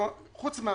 חוץ מההשקעה,